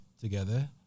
together